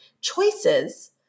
choices